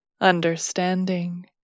understanding